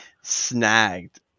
snagged